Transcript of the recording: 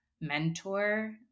mentor